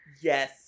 Yes